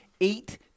eight